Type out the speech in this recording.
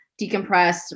decompress